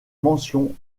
mention